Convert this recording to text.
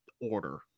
order